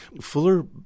Fuller